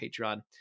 Patreon